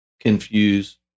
confuse